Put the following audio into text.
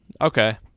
Okay